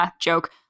joke